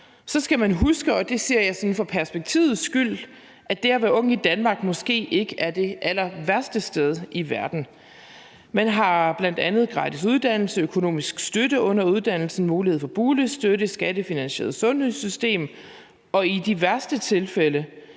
Så skal man huske, og det siger jeg sådan for perspektivet skyld, at Danmark måske ikke er det allerværste sted i verden at være ung. Man har bl.a. gratis uddannelse, økonomisk støtte under uddannelsen, mulighed for boligstøtte, et skattefinansieret sundhedssystem og i de værste tilfælde